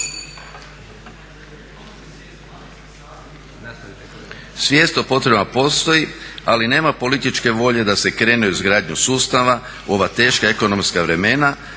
Svijest o potrebama postoji, ali nema političke volje da se krene u izgradnju sustava u ova teška ekonomska vremena,